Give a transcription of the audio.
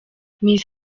miss